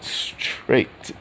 straight